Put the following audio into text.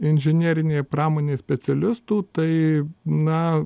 inžinerinėj pramonėj specialistų tai na